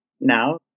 now